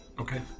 Okay